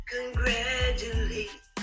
Congratulate